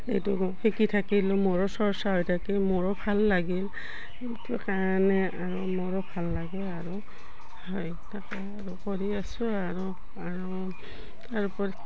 এইটো শিকি থাকিলোঁ মোৰো চৰ্চা হৈ থাকিল মোৰো ভাল লাগিল সেইটো কাৰণে আৰু মোৰো ভাল লাগে আৰু সেই তাকে আৰু কৰি আছোঁ আৰু আৰু তাৰোপৰি